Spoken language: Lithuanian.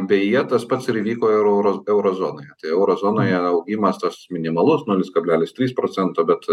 beje tas pats ir vyko reuro euro zonoje tai euro zonoje augimas tas minimalus nulis kablelis trys procento bet